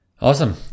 Awesome